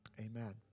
amen